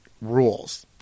rules